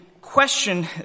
question